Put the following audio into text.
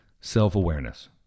self-awareness